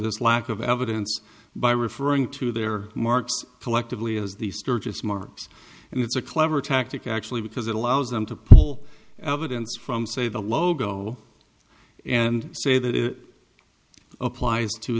this lack of evidence by referring to their marks collectively as the sturgis marks and it's a clever tactic actually because it allows them to pull evidence from say the logo and say that it applies to